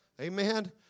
Amen